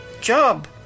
Job